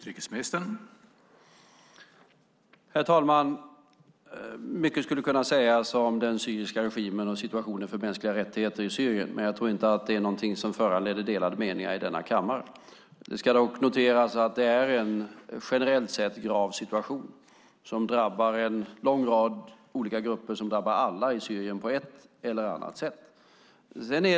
Herr talman! Mycket skulle kunna sägas om den syriska regimen och situationen för mänskliga rättigheter i Syrien, men jag tror inte att det är något som det råder delade meningar om i denna kammare. Det ska dock noteras att det generellt sett är en grav situation som drabbar en lång rad grupper. Det drabbar alla i Syrien på ett eller annat sätt.